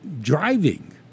driving